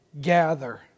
gather